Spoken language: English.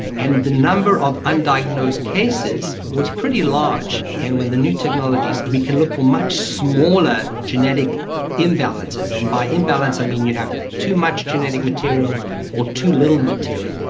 and the number of undiagnosed cases was pretty large, and with the new technologies we can look for much smaller genetic imbalances, and by imbalance i mean you have too much genetic material or too little material.